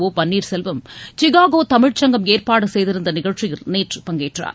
O Panneerselvam Chicago தமிழ்ச் சங்கம் ஏற்பாடு செய்திருந்த நிகழ்ச்சியில் நேற்று பங்கேற்றார்